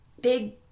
big